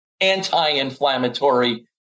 anti-inflammatory